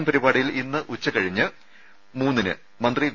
M പരിപാടിയിൽ ഇന്ന് ഉച്ച കഴിഞ്ഞ് മൂന്നിന് മന്ത്രി വി